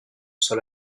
sol